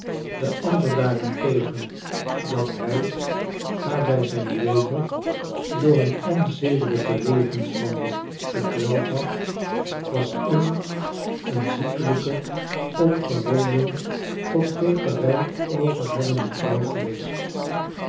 de ander daarentegen dat hij haar bij zijn leven door een onzedelijken levenswandel gekweld had was immer een ziekelijke opgewonden tot dweperij overhellende vrouw geweest